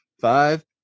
five